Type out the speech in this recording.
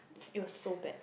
it was so bad